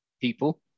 people